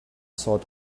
sword